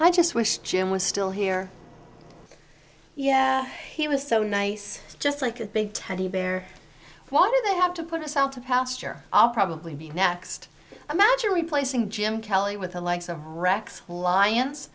i just wish jim was still here yeah he was so nice just like a big teddy bear why do they have to put us out to pasture i'll probably be next imagine replacing jim kelly with the likes of rex lions